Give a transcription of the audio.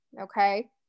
okay